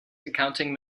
accounting